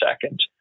second